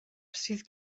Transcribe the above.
sydd